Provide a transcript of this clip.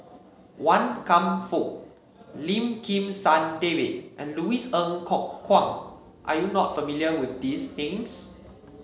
Wan Kam Fook Lim Kim San David and Louis Ng Kok Kwang are you not familiar with these names